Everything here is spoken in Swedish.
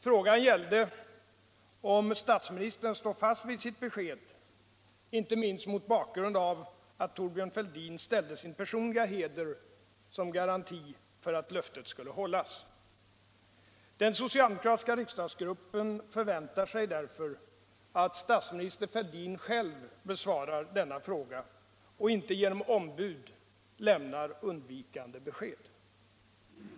Frågan gällde Om Sveriges om statsministern står fast vid sitt besked — inte minst mot bakgrund eventuella medlemav att Thorbjörn Fälldin ställde sin personliga heder som garanti för — skap i Interameriatt löftet skulle hållas. kanska utvecklings Den socialdemokratiska riksdagsgruppen förväntar sig därför att stats — banken minister Fälldin själv besvarar denna fråga och inte genom ombud lämnar undvikande besked.